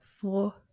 four